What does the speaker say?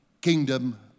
kingdom